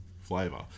flavour